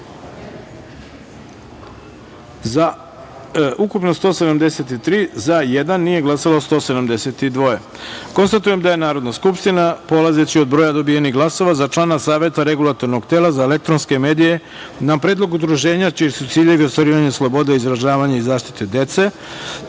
ukupno – 173, za – jedan, nije glasalo – 172.Konstatujem da je Narodna skupština, polazeći od broja dobijenih glasova, za člana Saveta Regulatornog tela za elektronske medije, na predlog udruženja čiji su ciljevi ostvarivanje slobode izražavanja i zaštita dece